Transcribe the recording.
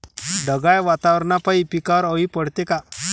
ढगाळ वातावरनापाई पिकावर अळी पडते का?